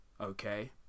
Okay